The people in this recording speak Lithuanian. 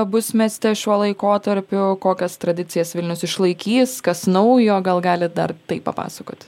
bus mieste šiuo laikotarpiu kokias tradicijas vilnius išlaikys kas naujo gal gali dar tai papasakoti